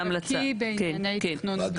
כתוב בקי בענייני תכנון ובנייה.